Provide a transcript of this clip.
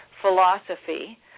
philosophy